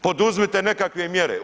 Poduzmite nekakve mjere.